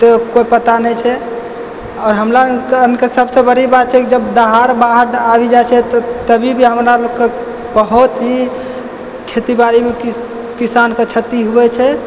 ई तऽ कोइ पता नहि छै आओर हमरा अन कऽ सभसँ बड़ी बात छै जब दहाड़ बाढ़ आबि जाइ छै तऽ तभी भी हमरा लोक के बहुत ही खेती बाड़ी मे कि किसान के क्षति होइ छै